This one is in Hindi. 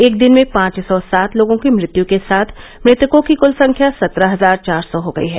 एक दिन में पांच सौ सात लोगों की मृत्य के साथ मृतकों की क्ल संख्या सत्रह हजार चार सौ हो गई है